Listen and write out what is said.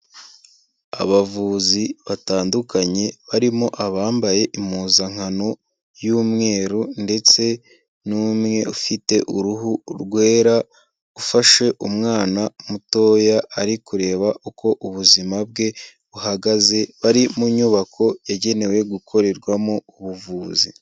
Abavuzi batandukanye barimo abambaye impuzankano y'umweru ndetse n'umwe ufite uruhu rwera ufashe umwana mutoya, ari kureba uko ubuzima bwe buhagaze, bari mu nyubako yagenewe gukorerwamo ubuvuzi.